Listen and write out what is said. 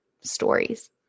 stories